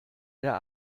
der